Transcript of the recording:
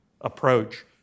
approach